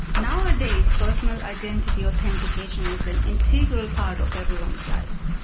nowadays, personal identity authentication is an integral part of everyone's life.